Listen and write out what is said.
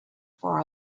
for